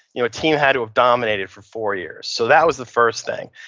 you know a team had to have dominated for four years so that was the first thing.